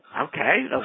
okay